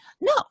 No